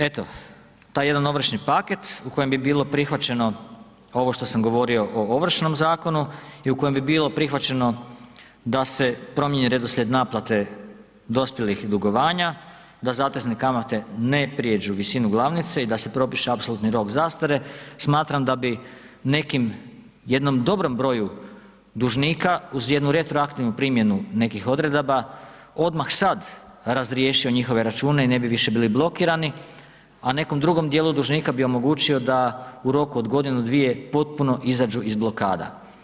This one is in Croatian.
Eto, taj jedan ovršni paket u kojem bi bilo prihvaćeno ovo što sam govorio o Ovršnom zakonu i u kojem bi bilo prihvaćeno da se promijeni redoslijed naplate dospjelih dugovanja, da zatezne kamate ne prijeđu visinu glavnice i da se propiše apsolutni rok zastare, smatram da bi nekim jednom dobrom broju dužnika uz jednu retroaktivnu primjenu nekih odredaba odmah sad razriješio njihove račune i ne bi više bili blokirani, a nekom drugom dijelu dužnika bi omogućio da u roku od godinu, dvije potpuno izađu iz blokada.